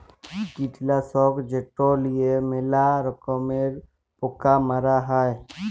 কীটলাসক যেট লিঁয়ে ম্যালা রকমের পকা মারা হ্যয়